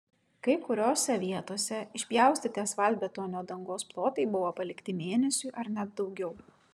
kai kuriose vietose išpjaustyti asfaltbetonio dangos plotai buvo palikti mėnesiui ar net daugiau